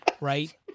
right